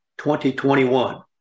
2021